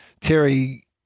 Terry